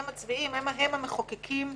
הם מצביעים, הם המחוקקים.